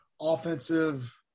offensive